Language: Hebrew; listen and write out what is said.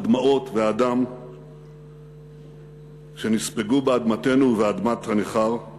הדמעות והדם שנספגו באדמתנו ובאדמת הנכר,